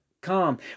come